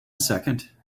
second